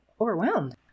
overwhelmed